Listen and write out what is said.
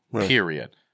period